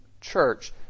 church